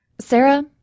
Sarah